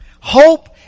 Hope